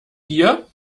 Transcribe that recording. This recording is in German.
dir